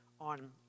on